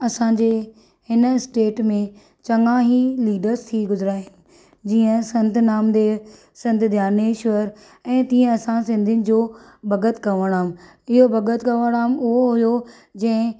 असांजे हिन स्टेट में चङा ई लीडर्स थी गुज़रिया आहिनि जीअं संत नामदेव संत ध्यानेशवर ऐं तीअं असां सिंधियुनि जो भगत कंवर राम इहो भग॒त कंवरराम उहो हुयो जंहिं